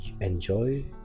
enjoy